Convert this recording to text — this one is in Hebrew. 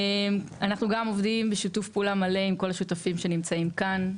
אנחנו עובדים בשיתוף פעולה מלא עם כל הגורמים שנמצאים כאן.